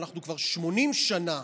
אנחנו כבר 80 שנה,